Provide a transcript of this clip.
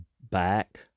back